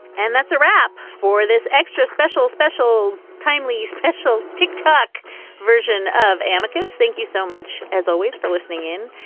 and that's a wrap for this extra special special, timely, special tick tock version of amicus. thank you so much as always for listening in.